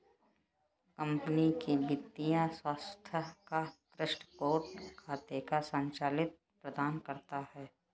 company के वित्तीय स्वास्थ्य का दृष्टिकोण खातों का संचित्र प्रदान करता है